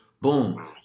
Boom